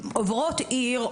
עוברות עיר,